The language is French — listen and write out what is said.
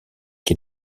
qui